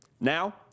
Now